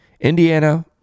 Indiana